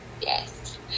yes